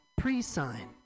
pre-sign